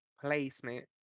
placement